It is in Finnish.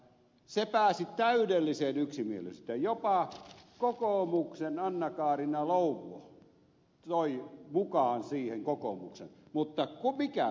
se pääsi täydelliseen yksimielisyyteen jopa kokoomuksen anna kaarina louvo toi mukaan siihen kokoomuksen mutta mikä petti